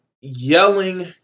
yelling